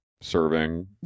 serving